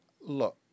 look